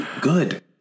good